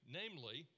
namely